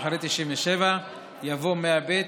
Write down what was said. אחרי '97' יבוא 'ו-100ב'".